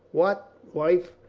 what, wife!